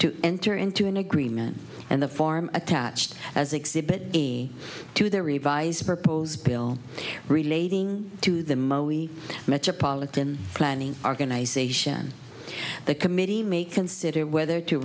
to enter into an agreement and the form attached as exhibit b to the revised proposed bill relating to the most metropolitan planning organization the committee may consider whether to